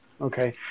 Okay